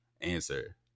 answer